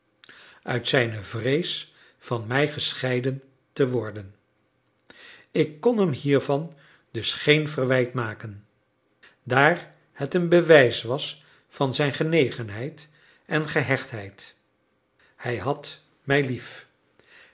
uit zijne vrees van mij gescheiden te worden ik kon hem hiervan dus geen verwijt maken daar het een bewijs was van zijn genegenheid en gehechtheid hij had mij lief